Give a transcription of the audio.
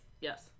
Yes